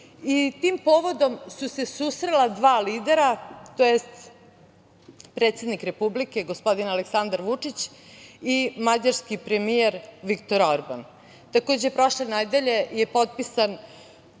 Tim povodom su se susrela dva lidera, tj. predsednik Republike, gospodin Aleksandar Vučić i mađarski premijer Viktor Orban. Takođe, prošle nedelje je potpisan